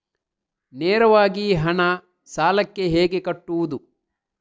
ನೇರವಾಗಿ ಹಣ ಸಾಲಕ್ಕೆ ಹೇಗೆ ಕಟ್ಟುವುದು?